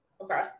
Okay